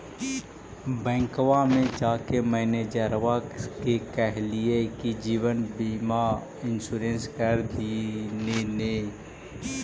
बैंकवा मे जाके मैनेजरवा के कहलिऐ कि जिवनबिमा इंश्योरेंस कर दिन ने?